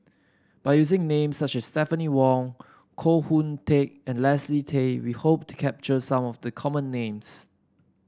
by using names such as Stephanie Wong Koh Hoon Teck and Leslie Tay we hope to capture some of the common names